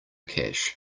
cache